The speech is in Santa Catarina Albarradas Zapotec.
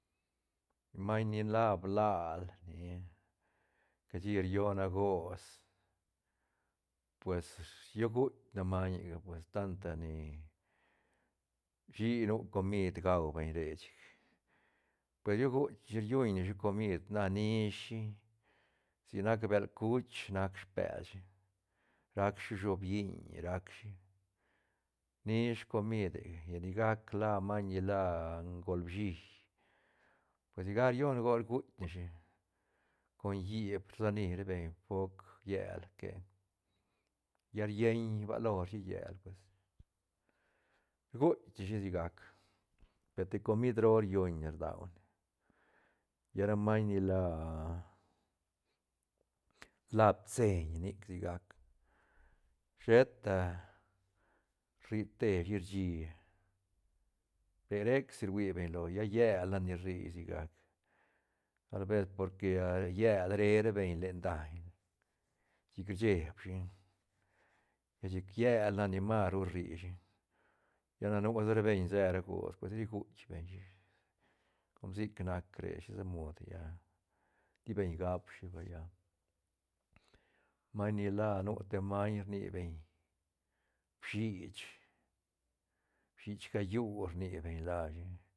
Maiñ ni la blal nia cashi rione gots pues rion guitk ne mañega tanta ni ushi nu comid gau beñ re chic pe rion guitk ne shi riuñne shi comid na shishi sic nac bel chuch nac spelshi rac shi shooplliñ rac shi nish comidega sigac la maiñ ni la golbshi pues sigac rione gots rguitk neshi con híp rsani ra beñ foc llel que lla rieñ balo rashi llel pues rguitk neshi sigac pe te comid roo riuñne rdaune lla ra maiñ ni la la pitseiñ nic sigac sheta rri te shi rshí re rec si rui beñ lo lla llel nac ni rri sigac tal ves porque llel re ra beñ len daiñ chic rcheb shi chic llel nac ni maru rri shi, lla na nu sa ra beñ se ra gots pues ri guitk beñ shi com sic nac re shisa mod lla ti beñ gap shi vay, lla maiñ ni la nu te maiñ rni beñ bishich, bishich gayu rni beñ lashi.